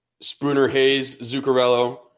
Spooner-Hayes-Zuccarello